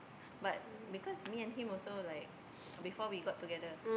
but because me and him also like before we got together